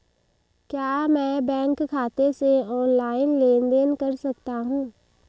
क्या मैं बैंक खाते से ऑनलाइन लेनदेन कर सकता हूं?